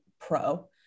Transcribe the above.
pro